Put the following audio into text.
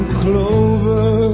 clover